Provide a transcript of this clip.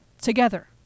together